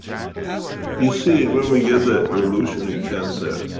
you see, when we get the evolution in cancer,